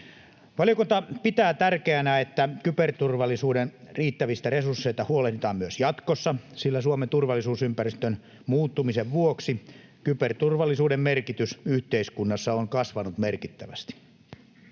Valiokunta pitää tärkeänä, että kyberturvallisuuden riittävistä resursseista huolehditaan myös jatkossa, sillä Suomen turvallisuusympäristön muuttumisen vuoksi kyberturvallisuuden merkitys yhteiskunnassa on kasvanut merkittävästi.